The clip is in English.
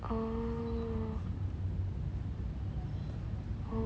oh